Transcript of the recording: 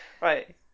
Right